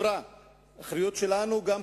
אחריות שלנו כחברה,